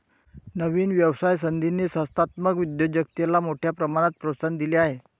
नवीन व्यवसाय संधींनी संस्थात्मक उद्योजकतेला मोठ्या प्रमाणात प्रोत्साहन दिले आहे